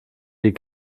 die